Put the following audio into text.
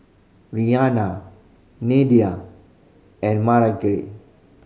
Rihanna Nelda and